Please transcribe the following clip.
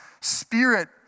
spirit